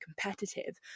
competitive